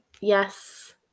yes